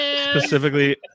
specifically